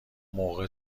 موقع